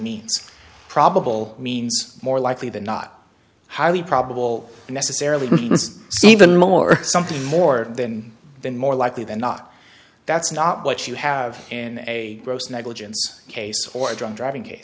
me probable means more likely than not highly probable necessarily even more something more than than more likely than not that's not what you have in a gross negligence case or a drunk driving